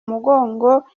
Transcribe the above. mugongo